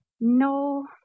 No